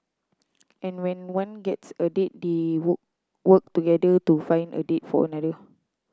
and when one gets a date they work together to find a date for another